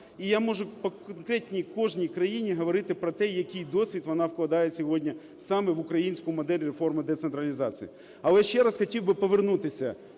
І я можу по конкретній кожній країні говорити про те, який досвід вона вкладає саме в українську модель реформи децентралізації. Але ще раз хотів би повернутися